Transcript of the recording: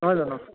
নহয় জানো